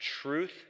truth